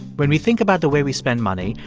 when we think about the way we spend money,